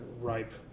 ripe